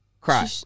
cry